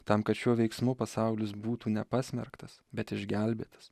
tam kad šiuo veiksmu pasaulis būtų nepasmerktas bet išgelbėtas